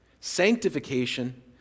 Sanctification